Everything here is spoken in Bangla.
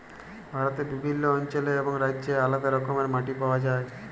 ভারতে বিভিল্ল্য অল্চলে এবং রাজ্যে আলেদা রকমের মাটি পাউয়া যায়